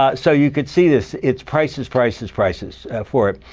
ah so you could see this. it's prices, prices, prices for it.